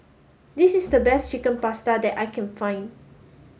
this is the best Chicken Pasta that I can find